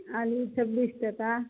आलू छै बीस टका